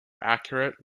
accurate